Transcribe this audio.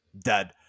dead